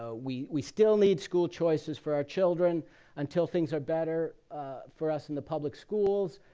ah we we still need school choices for our children until things are better for us in the public schools,